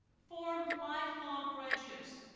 form lifelong friendships.